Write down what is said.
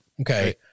Okay